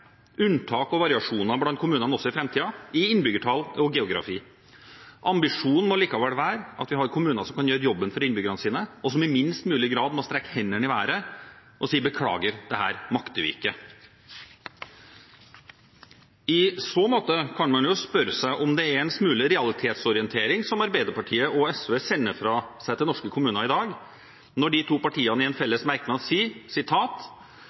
unntak og variasjoner blant kommunene også i framtiden – i innbyggertall og geografi. Ambisjonen må likevel være at vi har kommuner som kan gjøre jobben for innbyggerne sine, og som i minst mulig grad må strekke hendene i været og si: Beklager, dette makter vi ikke. I så måte kan man spørre om det er en smule realitetsorientering som Arbeiderpartiet og SV sender fra seg til norske kommuner, når de to partiene i en felles merknad sier: